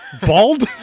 Bald